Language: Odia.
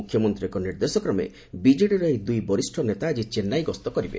ମୁଖ୍ୟମନ୍ତୀଙ୍କ ନିର୍ଦ୍ଦେଶକ୍ରମେ ବିଜେଡ଼ିର ଏହି ଦୁଇ ବରିଷ ନେତା ଆଜି ଚେନ୍ନାଇ ଗସ୍ତ କରିବେ